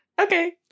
Okay